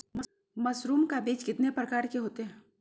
Mushroom का बीज कितने प्रकार के होते है?